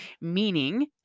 Meaning